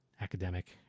academic